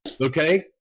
Okay